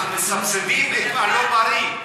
אנחנו מסבסדים את הלא-בריא.